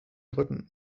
drücken